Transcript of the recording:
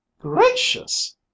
Gracious